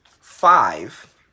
Five